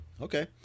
okay